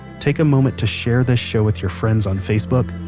take a moment to share this show with your friends on facebook,